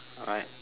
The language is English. alright